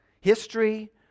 History